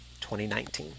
2019